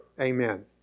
Amen